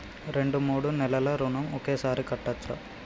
రెండు మూడు నెలల ఋణం ఒకేసారి కట్టచ్చా?